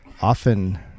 often